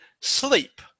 sleep